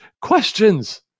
questions